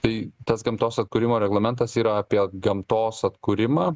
tai tas gamtos atkūrimo reglamentas yra apie gamtos atkūrimą